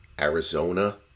Arizona